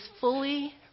fully